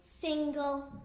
single